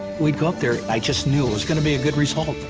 we'd go up there i just knew it was going to be a good result.